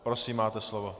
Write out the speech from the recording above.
Prosím, máte slovo.